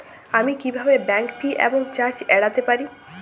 আমি কিভাবে bank fee এবং চার্জ এড়াতে পারি?